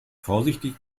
vorsichtig